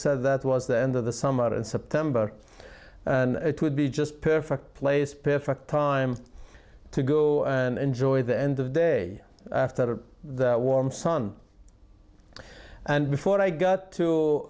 said that was the end of the summer and september and it would be just perfect place perfect time to go and enjoy the end of the day after the warm sun and before i got to